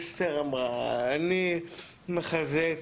אני מחזק